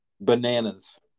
Bananas